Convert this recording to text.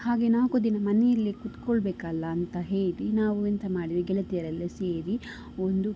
ಹಾಗೆ ನಾಲ್ಕು ದಿನ ಮನೆಯಲ್ಲೇ ಕುತ್ಕೋಳ್ಬೇಕಲ್ಲ ಅಂತ ಹೇಳಿ ನಾವು ಎಂತ ಮಾಡಿದ್ವಿ ಗೆಳತಿಯರೆಲ್ಲ ಸೇರಿ ಒಂದು